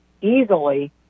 easily